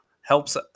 helps